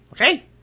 Okay